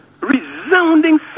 Resounding